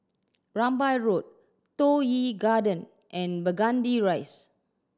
Rambai Road Toh Yi Garden and Burgundy Rise